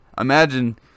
Imagine